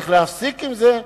צריך להפסיק עם זה,